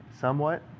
somewhat